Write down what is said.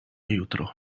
jutro